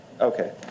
Okay